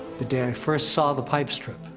the day i first saw the pipe strip